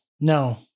No